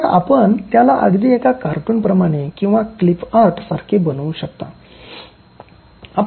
तर आपण त्याला अगदी एका कार्टूनप्रमाणे किंवा क्लिपआर्ट सारखे बनवू शकता